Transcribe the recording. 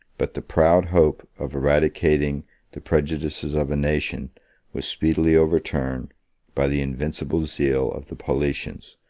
but the proud hope of eradicating the prejudices of a nation was speedily overturned by the invincible zeal of the paulicians,